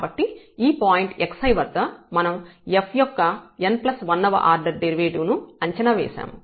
కాబట్టి ఈ point xi వద్ద మనం f యొక్క n1 వ ఆర్డర్ డెరివేటివ్ ను అంచనా వేశాము